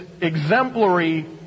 exemplary